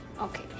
Okay